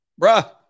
bruh